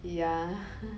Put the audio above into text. yeah